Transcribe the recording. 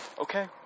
okay